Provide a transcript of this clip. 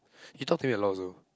he talked to you a lot also